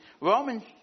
Romans